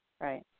Right